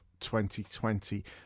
2020